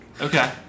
Okay